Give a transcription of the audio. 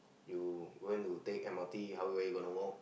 you want to take M_R_T how will you gonna walk